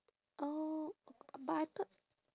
oh b~ but I thought